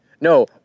No